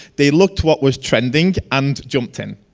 they looked what was trending and jumped in.